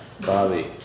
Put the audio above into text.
Bobby